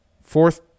Fourth